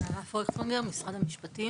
נעמה פויכטונגר, משרד המשפטים.